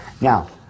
Now